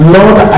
Lord